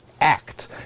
act